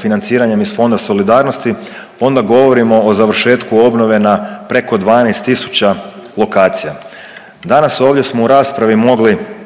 financiranjem iz Fonda solidarnosti, onda govorimo o završetku obnove na preko 12 tisuća lokacija. Danas ovdje smo u raspravi mogli